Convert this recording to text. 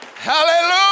Hallelujah